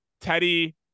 Teddy